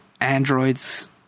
androids